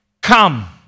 come